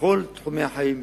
בכל תחומי החיים,